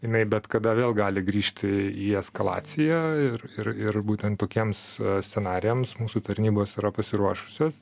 jinai bet kada vėl gali grįžti į eskalaciją ir ir ir būtent tokiems scenarijams mūsų tarnybos yra pasiruošusios